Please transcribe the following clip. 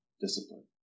discipline